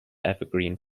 evergreen